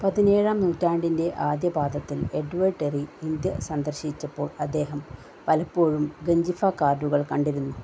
പതിനേഴാം നൂറ്റാണ്ടിൻ്റെ ആദ്യപാദത്തിൽ എഡ്വേർഡ് ടെറി ഇന്ത്യ സന്ദർശിച്ചപ്പോൾ അദ്ദേഹം പലപ്പോഴും ഗഞ്ചിഫ കാർഡുകൾ കണ്ടിരുന്നു